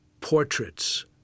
portraits